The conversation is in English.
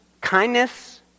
Kindness